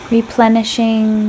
Replenishing